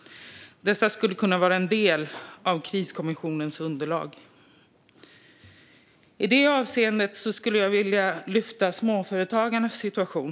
De skulle kunna vara en del av kriskommissionens underlag. I det avseendet skulle jag vilja lyfta småföretagarnas situation.